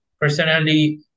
personally